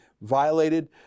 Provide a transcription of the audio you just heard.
violated